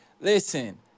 Listen